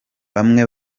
bamwe